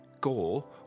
goal